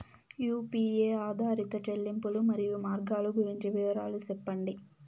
UPI ఆధారిత చెల్లింపులు, మరియు మార్గాలు గురించి వివరాలు సెప్పండి?